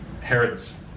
Herod's